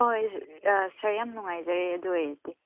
ꯍꯣꯏ ꯑꯥ ꯁꯥꯔ ꯌꯥꯝ ꯅꯨꯡꯉꯥꯏꯖꯔꯦ ꯑꯗꯨ ꯑꯣꯏꯔꯗꯤ